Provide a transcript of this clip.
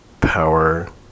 power